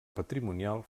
patrimonial